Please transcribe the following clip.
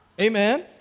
Amen